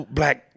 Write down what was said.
black